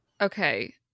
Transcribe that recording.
Okay